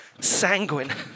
sanguine